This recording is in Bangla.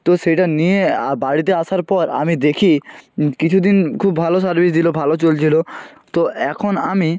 তো সেটা নিয়ে বাড়িতে আসার পর আমি দেখি কিছু দিন খুব ভালো সার্ভিস দিলো ভালো চলছিলো তো এখন আমি